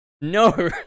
No